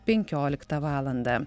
penkioliktą valandą